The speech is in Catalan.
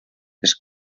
les